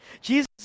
Jesus